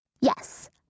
Yes